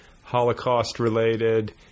Holocaust-related